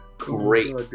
great